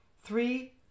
Three